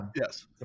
Yes